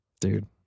Dude